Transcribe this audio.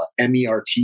MERT